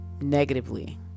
negatively